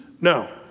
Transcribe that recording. No